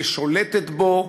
שולטת בו,